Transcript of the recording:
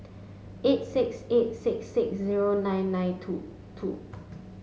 eight six eight six six zero nine nine two two